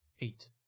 Eight